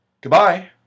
Goodbye